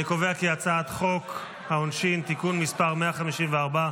אני קובע כי הצעת חוק העונשין (תיקון מס' 154)